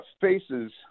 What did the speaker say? Faces